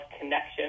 connection